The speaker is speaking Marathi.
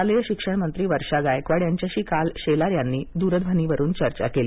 शालेय शिक्षण मंत्री वर्षा गायकवाड यांच्याशी काल शेलार यांनी दुरध्वनीवरुन चर्चा केली